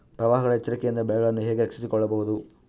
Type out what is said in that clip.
ಪ್ರವಾಹಗಳ ಎಚ್ಚರಿಕೆಯಿಂದ ಬೆಳೆಗಳನ್ನು ಹೇಗೆ ರಕ್ಷಿಸಿಕೊಳ್ಳಬಹುದು?